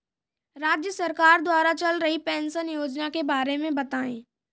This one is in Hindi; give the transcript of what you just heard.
राज्य सरकार द्वारा चल रही पेंशन योजना के बारे में बताएँ?